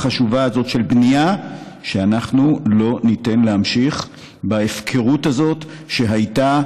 של בנייה שאנחנו לא ניתן להמשיך בהפקרות הזאת שהייתה,